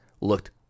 looked